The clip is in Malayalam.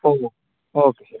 ഓക്കെ ഓക്കെ ശരി